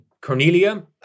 Cornelia